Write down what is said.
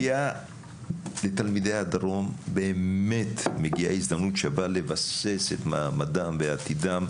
לתלמידי הדרום באמת מגיעה הזדמנות שווה לבסס את מעמדם ועתידם,